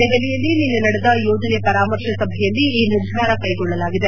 ದೆಹಲಿಯಲ್ಲಿ ನಿನ್ನೆ ನಡೆದ ಯೋಜನೆ ಪರಾಮರ್ಶೆ ಸಭೆಯಲ್ಲಿ ಈ ನಿರ್ಧಾರ ಕೈಗೊಳ್ಳಲಾಗಿದೆ